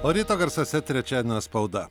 o ryto garsuose trečiadienio spauda